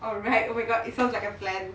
alright oh my god it sounds like a plan